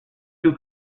two